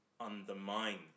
undermine